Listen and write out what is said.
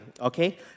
okay